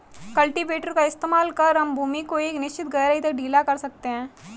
cultivator का इस्तेमाल कर हम भूमि को एक निश्चित गहराई तक ढीला कर सकते हैं